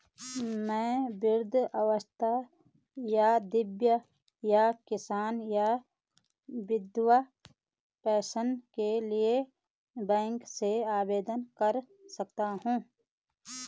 मैं वृद्धावस्था या दिव्यांग या किसान या विधवा पेंशन के लिए बैंक से आवेदन कर सकता हूँ?